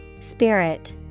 Spirit